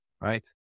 Right